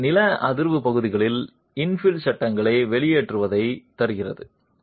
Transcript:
உண்மையில் நில அதிர்வு பகுதிகளில் இன்ஃபில் சட்டங்களை வெளியேற்றுவதைத் தடுக்கிறது